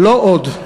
לא עוד.